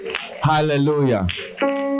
Hallelujah